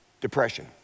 Depression